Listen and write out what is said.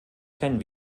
kennen